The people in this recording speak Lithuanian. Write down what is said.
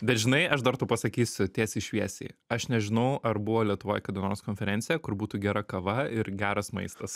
bet žinai aš dar tau pasakysiu tiesiai šviesiai aš nežinau ar buvo lietuvoj kada nors konferencija kur būtų gera kava ir geras maistas